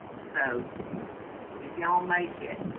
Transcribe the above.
so if y'all make it